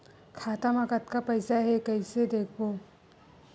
खाता मा कतका पईसा हे कइसे देखबो?